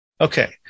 Okay